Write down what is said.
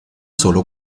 solo